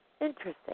Interesting